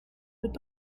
would